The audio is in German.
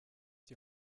die